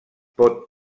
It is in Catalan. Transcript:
pot